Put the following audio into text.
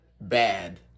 bad